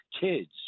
kids